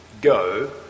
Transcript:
go